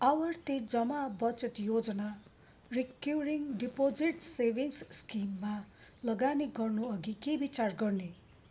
आवर्ती जमा बचत योजना रेकरिङ डिपोजिट सेभिङ्स स्किममा लगानी गर्नु अघि के विचार गर्ने